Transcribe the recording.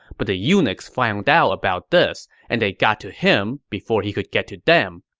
but the eunuchs found out about this, and they got to him before he could get to them.